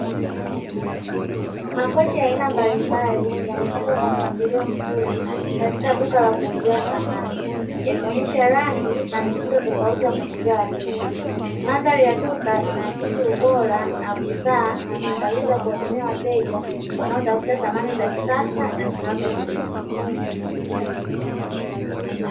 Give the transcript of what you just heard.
Makochi ya aina mbalimbali yamepangwa kwa mpangilio mzuri, katika duka la kuuzia samani, yakionyesha rangi na mtindo tofauti ya kuvutia wateja, mandhari ya duka inaakisi ubora na bidhaa ni maandalizi ya kuwaudumia wateja wanaotafuta samani za kisasa na zinazodumu.